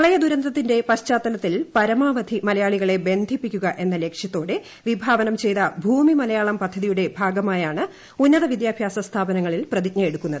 പ്രളയ ദുരന്തത്തിന്റെ പശ്ചാത്തലത്തിൽ പരമാവധി മലയാളികളെ ബന്ധിപ്പിക്കുക എന്ന ലക്ഷ്യത്തോടെ വിഭാവനം ചെയ്ത ഭൂമി മലയാളം പദ്ധതിയുടെ ഭാഗമായാണ് ഉന്നത വിദ്യാഭ്യാസ സ്ഥാപനങ്ങളിൽ പ്രതിജ്ഞയെടുക്കുന്നത്